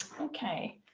okay,